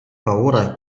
paura